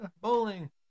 bowling